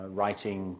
writing